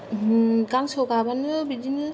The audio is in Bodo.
गांसोआव गाबानो बिदिनो